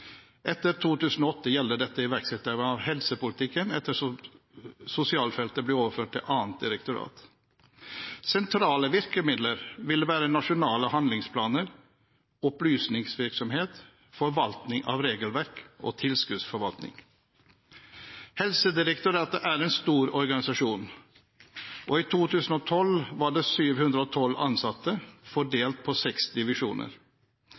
Etter 2008 gjelder dette iverksetting av helsepolitikken ettersom sosialfeltet ble overført til annet direktorat. Sentrale virkemidler ville være nasjonale handlingsplaner, opplysningsvirksomhet, forvaltning av regelverk og tilskuddsforvaltning. Helsedirektoratet er en stor organisasjon, og i 2012 var det 712 ansatte fordelt på seks divisjoner.